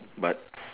but